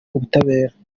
ubutabera